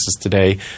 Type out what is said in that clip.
today